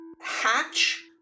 hatch